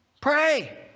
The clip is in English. Pray